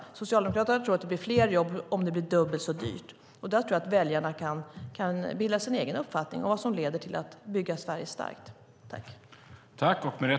Socialdemokraterna tror att det blir fler jobb om det blir dubbelt så dyrt. Där tror jag att väljarna kan bilda sig en egen uppfattning om vad som leder till att bygga Sverige starkt.